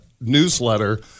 newsletter